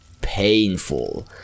painful